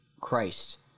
Christ